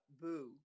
Boo